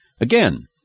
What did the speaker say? Again